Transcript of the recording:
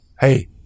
hey